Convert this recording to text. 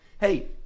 Hey